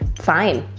fine.